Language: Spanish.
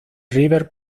river